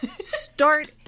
start